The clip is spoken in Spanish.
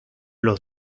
los